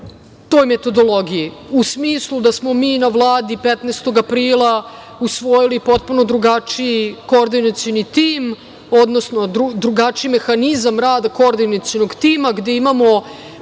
toj metodologiji, u smislu da smo mi na Vladi 15. aprila usvojili potpuno drugačiji koordinacioni tim, odnosno drugačiji mehanizam rada koordinacionog tima, gde imamo